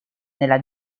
nella